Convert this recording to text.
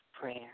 prayer